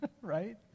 right